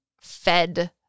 fed